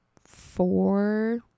four